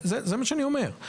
זה מה שאני אומר.